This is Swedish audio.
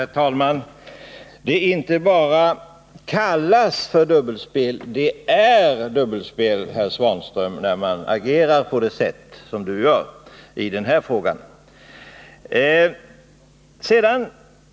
Herr talman! Det inte bara kallas dubbelspel, det är dubbelspel, herr Svanström, att agera på detta sätt.